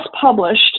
published